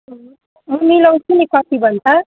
म मिलाउँछु नि कति भन्छ